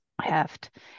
heft